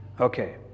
Okay